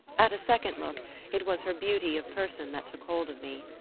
at a second look it was her beauty of person that took hold of me.